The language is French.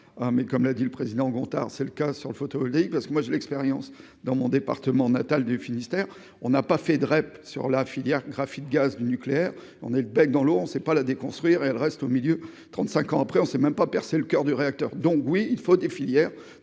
mais comme l'a dit le président Gontard, c'est le cas sur le photovoltaïque, parce que moi je l'expérience dans mon département natal du Finistère, on n'a pas fait de REP sur la filière graphite-gaz du nucléaire on est le bec dans l'eau, on sait pas la déconstruire, elle reste au milieu, 35 ans après on sait même pas percer le coeur du réacteur, donc oui il faut des filières